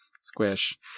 Squish